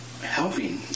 helping